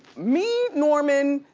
me, norman,